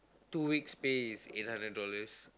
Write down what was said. two weeks pay is eight hundred dollars